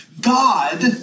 God